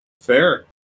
Fair